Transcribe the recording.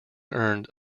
earned